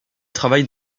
travaille